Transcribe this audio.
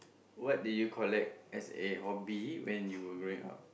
what did you collect as a hobby when you were growing up